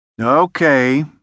Okay